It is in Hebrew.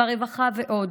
ברווחה ועוד.